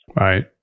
Right